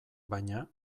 baina